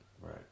Right